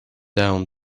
down